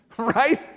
right